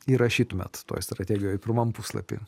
įrašytumėt toj strategijoj pirmam puslapy